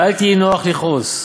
ואל תהי נוח לכעוס,